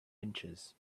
inches